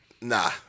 Nah